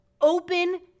open